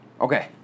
Okay